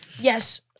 Yes